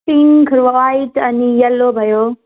pink white अनि yellow भयो